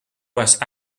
west